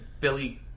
Billy